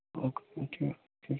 okay okay ਠੀਕ ਹੈ